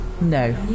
No